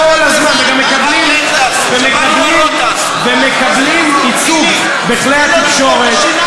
וגם בעולם לא קונים את השקר הזה,